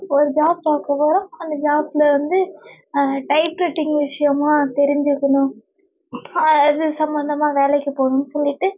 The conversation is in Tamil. ஒரு ஜாப் பார்க்க போகிறோம் அந்த ஜாப்பில் வந்து டைப்ரைட்டிங் விஷயமா தெரிஞ்சுக்கணும் அது சம்மந்தமாக வேலைக்கு போகணும்னு சொல்லிட்டு